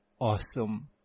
Awesome